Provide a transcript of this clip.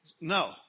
no